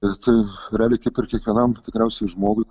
ir tai realiai kaip ir kiekvienam tikriausiai žmogui